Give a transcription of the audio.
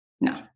no